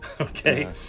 okay